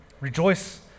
Rejoice